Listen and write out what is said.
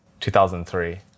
2003